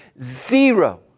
zero